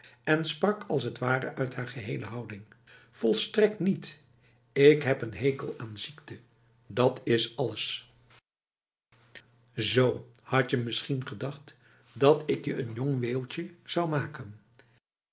en sprak als t ware uit haar gehele houding volstrekt niet ik heb n hekel aan ziekte dat is allesf zo had je misschien gedacht dat ik je n jong weeuwtje zou maken